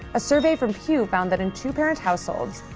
a survey from pew found that in two parent households,